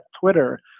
Twitter